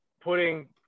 putting